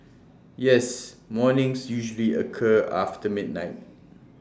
yes mornings usually occur after midnight